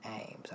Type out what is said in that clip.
aims